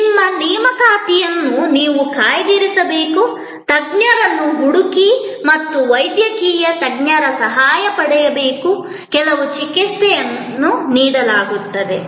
ನಿಮ್ಮ ನೇಮಕಾತಿಯನ್ನು ನೀವು ಕಾಯ್ದಿರಿಸಬೇಕು ತಜ್ಞರನ್ನು ಹುಡುಕಿ ಮತ್ತು ವೈದ್ಯಕೀಯ ತಜ್ಞರ ಸಹಾಯ ಪಡೆಯಬೇಕು ಕೆಲವು ಚಿಕಿತ್ಸೆಯನ್ನು ನೀಡಲಾಗುತ್ತದೆ